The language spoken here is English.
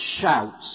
shouts